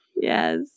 Yes